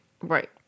Right